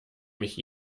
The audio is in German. mich